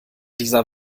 dieser